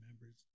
members